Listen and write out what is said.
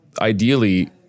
ideally